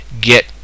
get